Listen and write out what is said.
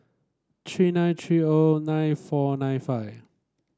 three nine three O nine four nine five